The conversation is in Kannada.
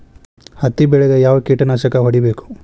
ಹತ್ತಿ ಬೆಳೇಗ್ ಯಾವ್ ಕೇಟನಾಶಕ ಹೋಡಿಬೇಕು?